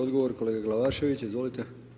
Odgovor, kolega Glavašević, izvolite.